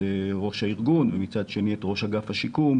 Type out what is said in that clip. ראש הארגון ומצד שני את ראש אגף השיקום,